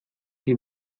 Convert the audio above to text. die